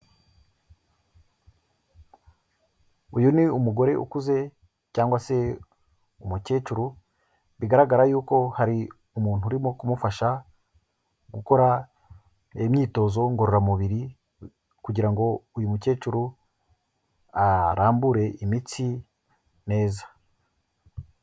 Uyu ni umugore ukuze cyangwa se umukecuru, bigaragara yuko hari umuntu urimo kumufasha gukora imyitozo ngororamubiri kugira ngo uyu mukecuru arambure imitsi neza.